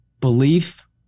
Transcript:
Belief